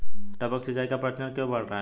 टपक सिंचाई का प्रचलन क्यों बढ़ रहा है?